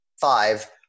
five